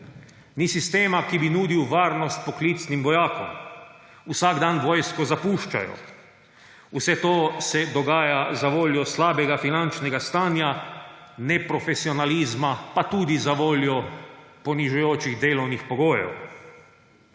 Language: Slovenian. Ni sistema, ki bi nudil varnost poklicnim vojakom. Vsak dan vojsko zapuščajo. Vse to se dogaja zavoljo slabega finančnega stanja, neprofesionalizma, pa tudi zavoljo ponižujočih delovnih pogojev.